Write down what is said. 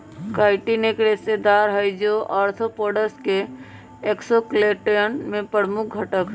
chitin एक रेशेदार हई, जो आर्थ्रोपोड्स के एक्सोस्केलेटन में प्रमुख घटक हई